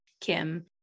Kim